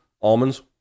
almonds